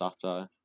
satire